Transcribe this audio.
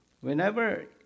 whenever